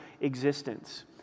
existence